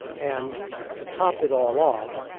and to top it all off,